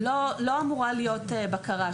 לא אמורה להיות בקרה.